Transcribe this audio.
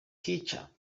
pitcher